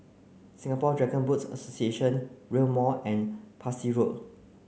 Singapore Dragon Boat Association Rail Mall and Parsi Road